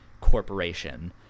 corporation